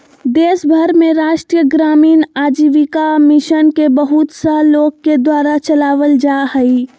देश भर में राष्ट्रीय ग्रामीण आजीविका मिशन के बहुत सा लोग के द्वारा चलावल जा हइ